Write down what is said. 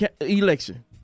election